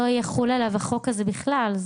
לא יחול עליו החוק הזה בכלל,